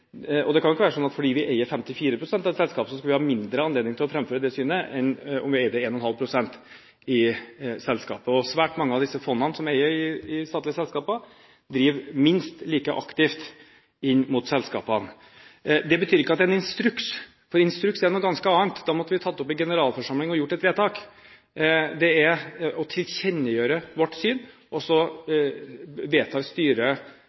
Det kan jo ikke være slik at fordi vi eier 54 pst. av et selskap, skal vi ha mindre anledning til å framføre det synet enn om vi eide 1,5 pst. i selskapet. Svært mange av disse fondene som er eiere i statlige selskaper, driver minst like aktivt inn mot selskapene. Det betyr ikke at det er en instruks, for instruks er noe ganske annet – da måtte vi tatt det opp i generalforsamling og gjort et vedtak – men det er å tilkjennegi vårt syn. Så vedtar styret